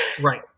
Right